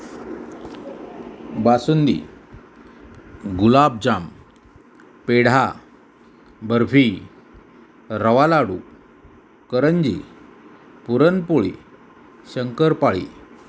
basundi gulabjam pedha barfi rava ladoo karanji puran poli शंकरपाळी